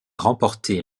remporté